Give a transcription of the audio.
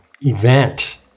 event